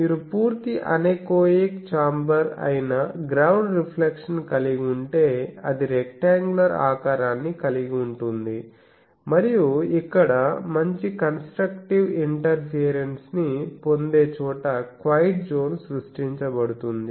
మీరు పూర్తి anechoic chamber అయిన గ్రౌండ్ రిఫ్లెక్షన్ కలిగి ఉంటే అది రెక్టాంగ్యులర్ ఆకారాన్ని కలిగి ఉంటుంది మరియు ఇక్కడ మంచి కంస్ట్రక్టీవ్ ఇంటర్ఫియరెన్స్ ని పొందే చోట క్వయిట్ జోన్ సృష్టించబడుతుంది